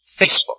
Facebook